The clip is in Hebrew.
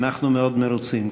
אנחנו מאוד מרוצים,